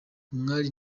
umwari